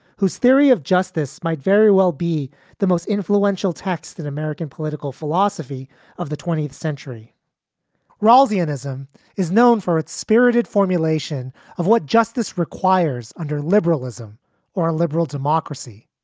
whose theory of justice might very well be the most influential tax in american political philosophy of the twentieth century raul zionism is known for its spirited formulation of what justice requires under liberalism or liberal democracy.